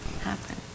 happen